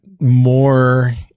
more